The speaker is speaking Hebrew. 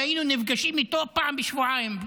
והיינו נפגשים איתו פעם בשבועיים-שלושה.